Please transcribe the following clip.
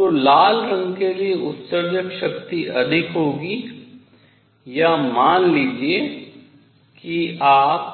तो लाल रंग के लिए उत्सर्जक शक्ति अधिक होगी या मान लीजिए कि आप